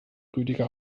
rüdiger